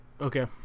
Okay